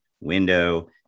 window